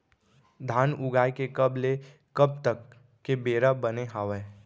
धान उगाए के कब ले कब तक के बेरा बने हावय?